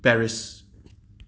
Paris